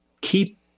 Keep